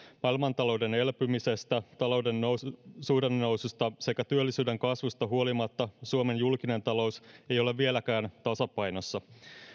maailmantalouden elpymisestä talouden suhdannenoususta sekä työllisyyden kasvusta huolimatta suomen julkinen talous ei ole vieläkään tasapainossa